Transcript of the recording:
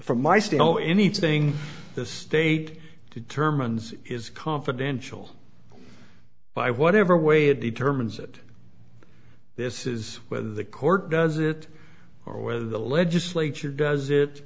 from my studio anything the state determines is confidential by whatever way it determines that this is whether the court does it or whether the legislature does it